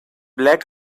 black